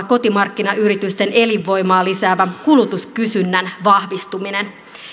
kotimarkkinayritysten elinvoimaa lisäävä kulutuskysynnän vahvistuminen